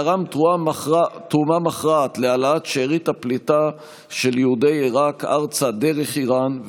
תרם תרומה מכרעת להעלאת שארית הפליטה של יהודי עיראק ארצה דרך איראן,